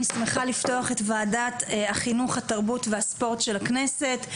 אני שמחה לפתוח את ועדת החינוך תרבות וספורט של הכנסת.